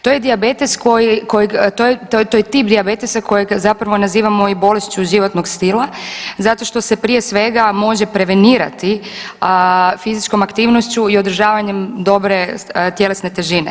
To je dijabetes koji, kojeg, to je tip dijabetesa kojeg zapravo nazivamo i bolešću životnog stila zato što se prije svega može prevenirati, a fizičkom aktivnošću i održavanjem dobre tjelesne težine.